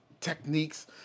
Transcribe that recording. techniques